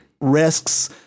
risks